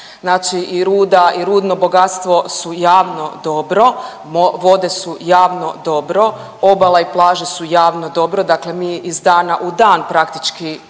znači i ruda i rudno bogatstvo su javno dobro, vode su javno dobro, obala i plaže su javno dobro, dakle mi iz dana u dan praktički